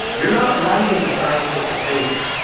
you're not writing a scientific paper.